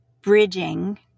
bridging